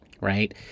right